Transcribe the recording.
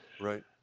Right